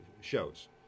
shows